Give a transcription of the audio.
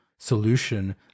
solution